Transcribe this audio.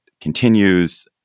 continues